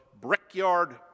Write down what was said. Brickyard